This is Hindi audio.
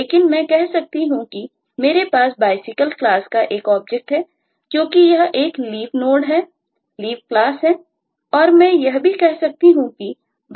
लेकिन मैं कह सकता हूं कि मेरे पास BiCycle क्लास का एक ऑब्जेक्ट है क्योंकि यह एक लीफ नोड करता है